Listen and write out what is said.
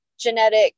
genetic